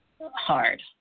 hard